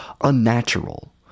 unnatural